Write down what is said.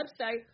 website –